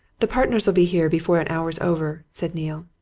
the partners'll be here before an hour's over, said neale.